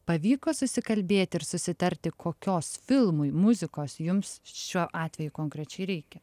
pavyko susikalbėt ir susitarti kokios filmui muzikos jums šiuo atveju konkrečiai reikia